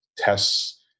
tests